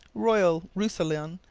royal roussillon,